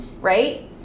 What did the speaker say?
Right